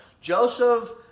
Joseph